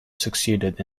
succeeded